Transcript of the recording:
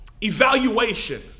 evaluation